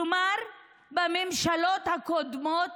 כלומר בממשלות הקודמות,